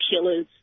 killers